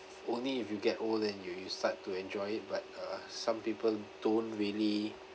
only if you get old and you you start to enjoy it but uh some people don't really